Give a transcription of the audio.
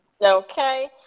Okay